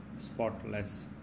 spotless